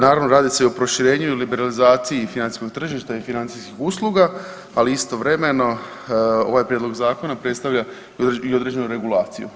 Naravno radi se o proširenju i liberalizaciji financijskog tržišta i financijskih usluga, ali istovremeno ovaj prijedlog zakona predstavlja i određenu regulaciju.